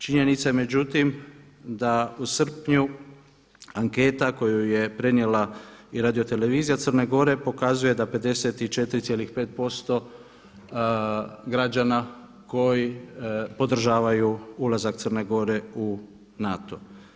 Činjenica je međutim da u srpnju anketa koju je prenijela i radiotelevizija Crne Gore pokazuje da 54,5% građana koji podržavaju ulazak Crne Gore u NATO.